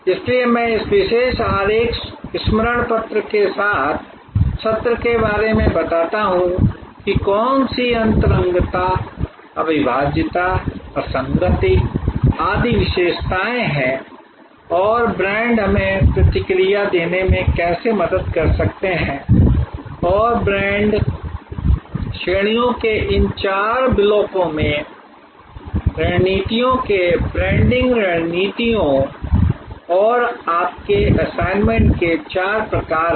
इसलिए मैं इस विशेष आरेख स्मरणपत्र के साथ सत्र के बारे में बताता हूं कि कौन सी अंतरंगता अविभाज्यता असंगति आदि विशेषताएं हैं और ब्रांड हमें प्रतिक्रिया देने में कैसे मदद कर सकते हैं और ब्रांड श्रेणियों के इन चार ब्लॉकों में रणनीतियों के ब्रांडिंग रणनीतियों और आपके असाइनमेंट के चार प्रकार हैं